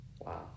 Wow